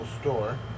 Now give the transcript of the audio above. Store